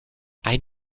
ein